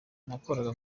nakoraga